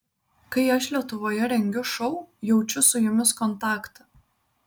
kai aš lietuvoje rengiu šou jaučiu su jumis kontaktą